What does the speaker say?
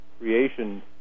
creation